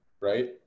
right